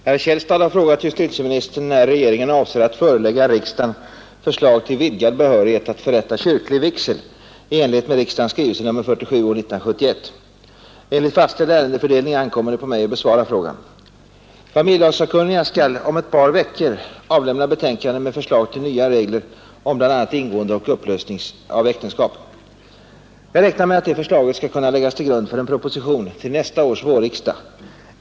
Herr talman! Herr Källstad har frågat justitieministern när regeringen avser att förelägga riksdagen förslag till vidgad behörighet att förrätta kyrklig vigsel i enlighet med riksdagens skrivelse nr 47 år 1971. Enligt fastställd ärendefördelning ankommer det på mig att besvara frågan. Familjelagssakkunniga skall om ett par veckor avlämna betänkande med förslag till nya regler om bl.a. ingående och upplösning av äktenskap. Jag räknar med att detta förslag skall kunna läggas till grund för en proposition till nästa års vårriksdag.